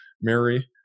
Mary